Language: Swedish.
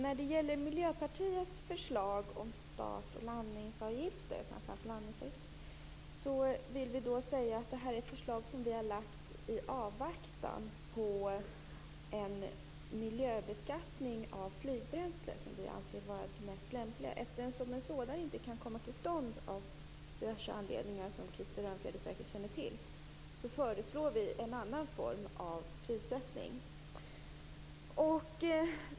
Fru talman! Miljöpartiet har lagt fram sitt förslag om start och landningsavgifter - framför allt landningsavgifter - i avvaktan på en miljöbeskattning av flygbränsle. Det anser vi vara det mest lämpliga. Men eftersom en sådan inte kan komma till stånd av diverse anledningar som Krister Örnfjäder säkert känner till föreslår vi en annan form av prissättning.